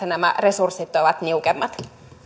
nämä resurssit ovat niukemmat